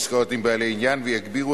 התשע"א 2011, נתקבל.